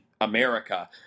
america